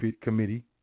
Committee